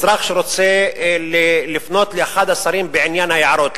אזרח שרוצה לפנות לאחד השרים בעניין היערות,